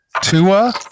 Tua